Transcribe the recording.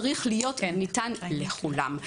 צריך להינתן לכולם.